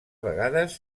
vegades